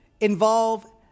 involve